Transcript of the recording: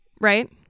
right